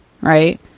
right